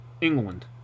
England